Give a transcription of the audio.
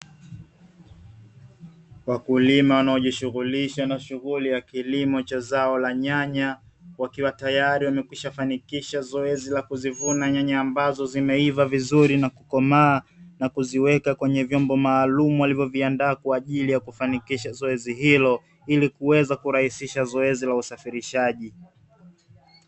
Wakulima wanaojishughulisha na shughuli ya kilimo cha nyanya wakiwa tayari wamekwisha fanikisha zoezi la kuzivuna nyanya ambazo zimeiva vizuri na kukomaa na kuziweka kwenye vyombo maalumu walivyoviandaa kwa ajili ya zoezi hilo ili kuweza kurahisisha zoezi la usafirishaji.